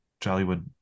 Jollywood